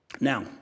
Now